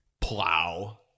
Plow